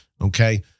okay